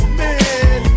man